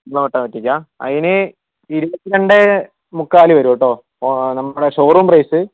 full ഓട്ടോമറ്റിക്കാണോ അതിന് ഇരുപത്തിരണ്ട് മുക്കാൽ വരും കേട്ടോ നമ്മുടെ ഷോറൂം റേറ്റ്